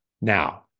Now